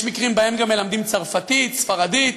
יש מקרים שבהם מלמדים גם צרפתית, ספרדית.